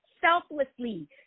selflessly